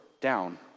down